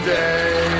day